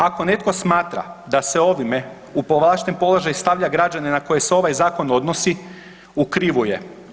Ako netko smatra da se ovime u povlašten položaj stavlja građane na koje se ovaj zakon odnosi, u krivu je.